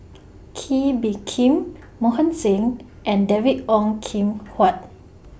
Kee Bee Khim Mohan Singh and David Ong Kim Huat